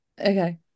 Okay